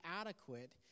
adequate